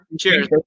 cheers